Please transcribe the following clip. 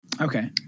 Okay